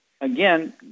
again